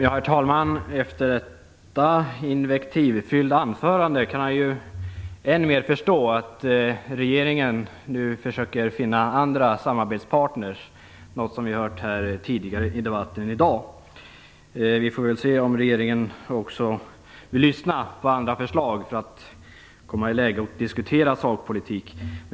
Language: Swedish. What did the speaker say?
Herr talman! Efter detta invektivfyllda anförande kan jag än mer förstå att regeringen nu försöker finna andra samarbetspartner - något som vi har hört tidigare i debatten i dag. Vi får se om regeringen också vill lyssna på andra förslag och komma i läge att diskutera sakpolitik.